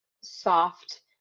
soft